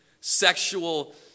sexual